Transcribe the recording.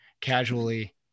casually